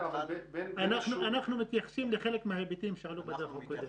אנחנו מתייחסים לחלק מההיבטים שעלו בדוח הקודם.